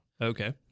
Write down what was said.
Okay